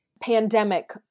pandemic